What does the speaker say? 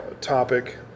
topic